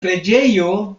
preĝejo